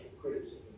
criticism